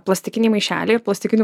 plastikiniai maišeliai ir plastikinių